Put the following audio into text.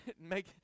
make